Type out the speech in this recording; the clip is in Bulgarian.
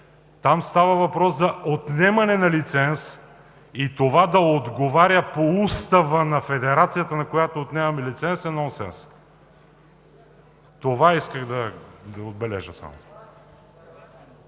Там става въпрос за отнемане на лиценз и това да отговаря по устава на федерацията, на която отнемаме лиценза, е нонсенс. Това исках да отбележа само.